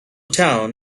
down